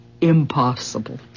impossible